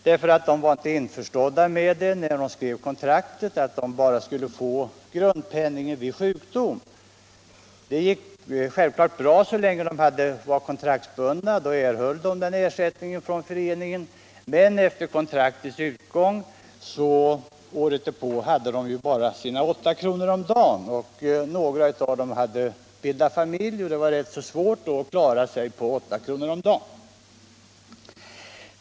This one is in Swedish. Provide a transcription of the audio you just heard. De var nämligen inte — när de skrev sina kontrakt — införstådda med att de bara skulle få grundpenning vid sjukdom. Det gick självfallet bra så länge de var kontraktsbundna — då erhöll de ersättning från föreningen. Men efter kontraktets utgång året därpå hade de bara sina 8 kr. om dagen. Några av dem hade bildat familj, och det var rätt svårt att klara sig på 8 kr. per dag.